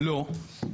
לא.